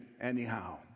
anyhow